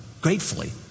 gratefully